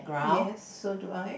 yes so do I